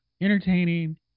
entertaining